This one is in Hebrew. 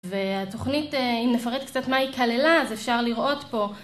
והתוכנית, אם נפרט קצת מה היא כללה, אז אפשר לראות פה.